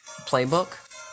playbook